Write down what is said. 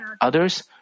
others